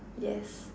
yes